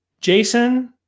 Jason